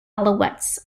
alouettes